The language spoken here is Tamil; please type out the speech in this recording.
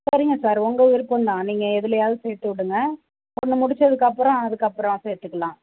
சரிங்க சார் உங்கள் விருப்பம் தான் நீங்கள் எதுலையாவது சேர்த்து விடுங்கள் ஒன்று முடிச்சதுக்கு அப்புறம் அதுக்கப்புறம் சேர்த்துக்கலாம்